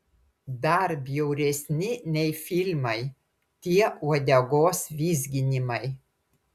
dar bjauresni nei filmai tie uodegos vizginimai